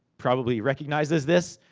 probably recognizes this.